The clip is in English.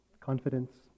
confidence